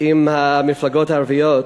עם המפלגות הערביות.